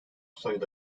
sayıda